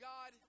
God